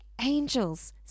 angels